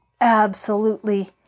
Absolutely